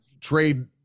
trade